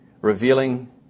revealing